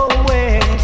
away